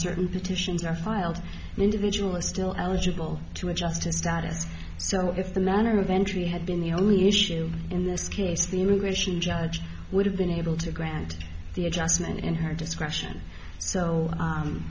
certain petitions are filed an individual is still eligible to adjust his status so if the manner of entry had been the only issue in this case the immigration judge would have been able to grant the adjustment in her discretion so